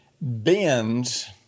bends